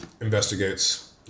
investigates